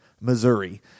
Missouri